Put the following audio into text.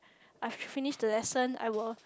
I finish the lesson I will